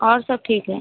और सब ठीक है